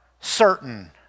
certain